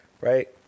right